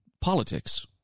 politics